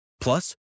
Plus